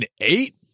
eight